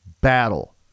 battle